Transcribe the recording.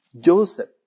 Joseph